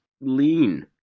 lean